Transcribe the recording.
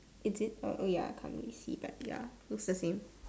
is it oh ya can't really see but ya looks the same